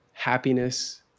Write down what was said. Happiness